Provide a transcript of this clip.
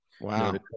Wow